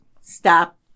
stop